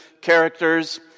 characters